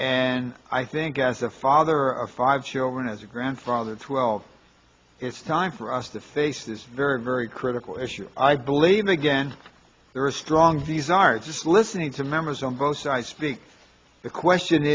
and i think as a father of five children as a grandfather twelve it's time for us to face this very very critical issue i believe again there are strong these are just listening to members on both sides speak the question